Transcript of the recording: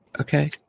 Okay